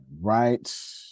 Right